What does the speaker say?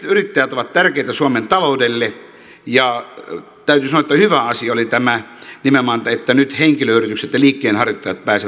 pienyrittäjät ovat tärkeitä suomen taloudelle ja täytyy sanoa että hyvä asia oli nimenomaan tämä että nyt henkilöyritykset ja liikkeenharjoittajat pääsevät myös yritysvähennyksen piiriin